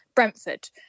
Brentford